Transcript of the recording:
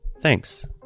Thanks